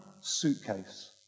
suitcase